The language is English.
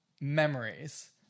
memories